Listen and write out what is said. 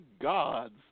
gods